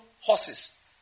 horses